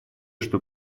что